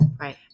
right